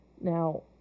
Now